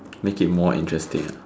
make it more interesting ah